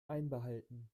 einbehalten